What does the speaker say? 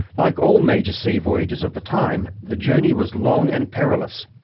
like all major sea voyages of the time, the journey was long and perilous,